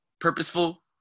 purposeful